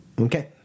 Okay